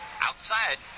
Outside